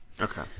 okay